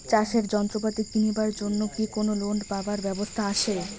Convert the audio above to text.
চাষের যন্ত্রপাতি কিনিবার জন্য কি কোনো লোন পাবার ব্যবস্থা আসে?